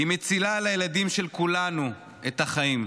היא מצילה לילדים של כולנו את החיים.